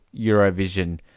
Eurovision